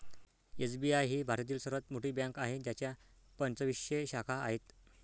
SBI ही भारतातील सर्वात मोठी बँक आहे ज्याच्या पंचवीसशे शाखा आहेत